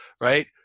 Right